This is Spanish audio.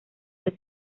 los